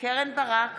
קרן ברק,